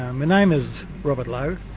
um my name is robert lowe,